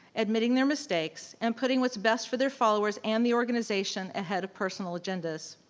admitting their mistakes, and putting what's best for their followers and the organization ahead of personal agendas.